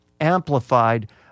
amplified